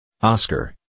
Oscar